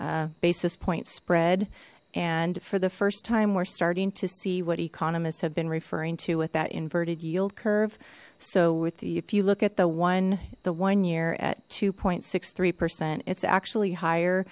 seventeen basis point spread and for the first time we're starting to see what economists have been referring to with that inverted yield curve so with if you look at the one the one year at two point six three percent it's actually higher